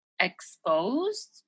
exposed